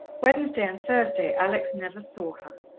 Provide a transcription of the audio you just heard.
wednesday and thursday alex never saw her.